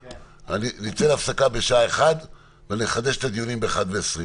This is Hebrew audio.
נצא להפסקה בשעה 13:00 ונחדש את הדיונים ב-13:20.